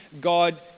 God